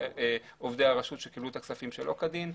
עובדי הרשות שקיבלו את הכספים שלא כדין.